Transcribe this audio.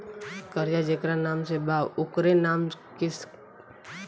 कर्जा जेकरा नाम से बा ओकरे नाम के खाता होए के चाही की दोस्रो आदमी के खाता से कर्जा चुक जाइ?